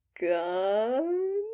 gun